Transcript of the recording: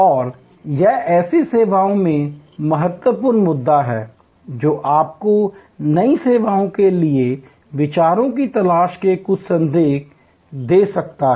और यह ऐसी सेवाओं में महत्वपूर्ण मुद्दा है जो आपको नई सेवाओं के लिए विचारों की तलाश के कुछ संकेत दे सकता है